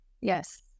Yes